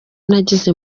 nagize